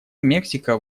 мексика